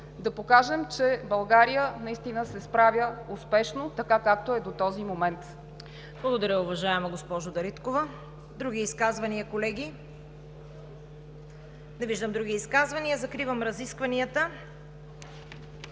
да покажем, че България се справя успешно, както е до този момент!